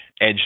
edge